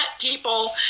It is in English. people